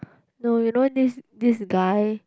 no you know this this guy